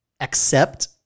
accept